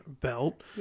belt